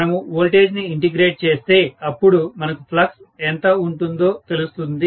మనము వోల్టేజ్ ని ఇంటెగ్రేట్ చేస్తే అప్పుడు మనకు ఫ్లక్స్ ఎంత ఉంటుందో తెలుస్తుంది